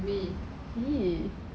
and then I was like